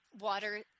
water